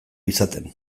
izaten